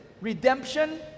Redemption